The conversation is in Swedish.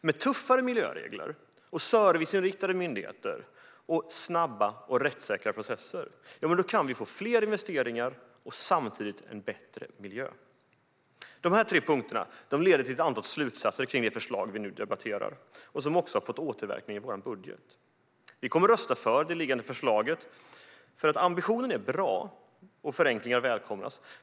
Med tuffare miljöregler, serviceinriktade myndigheter och snabba och rättssäkra processer kan vi få fler investeringar och samtidigt bättre miljö. Dessa tre punkter leder till ett antal slutsatser kring det förslag vi nu debatterar och har också fått återverkningar i vår budget. Vi kommer att rösta för det liggande förslaget, för ambitionen är bra och förenklingar välkomnas.